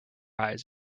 eyes